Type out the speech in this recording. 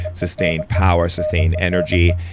sustain power sustain energy,